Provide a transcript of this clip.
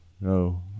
no